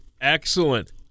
Excellent